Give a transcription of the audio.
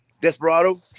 Desperado